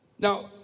Now